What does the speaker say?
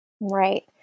Right